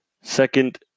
Second